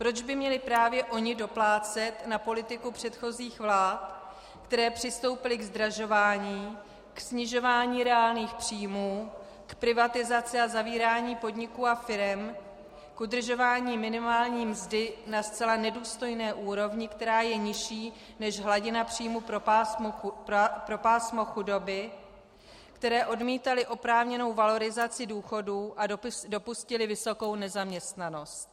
Proč by měli právě oni doplácet na politiku předchozích vlád, které přistoupily k zdražování, k snižování reálných příjmů, k privatizaci a zavírání podniků a firem, k udržování minimální mzdy na zcela nedůstojné úrovni, která je nižší než hladina příjmů pro pásmo chudoby, které odmítaly oprávněnou valorizaci důchodů a dopustily vysokou nezaměstnanost?